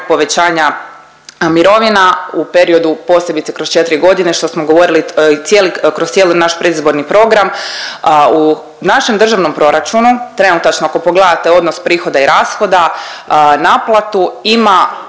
povećanja mirovina u periodu posebice kroz četri godine što smo govorili kroz cijeli naš predizborni program. U našem državnom proračunu trenutačno ako pogledate odnos prihoda i rashoda naplatu ima